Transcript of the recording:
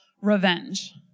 revenge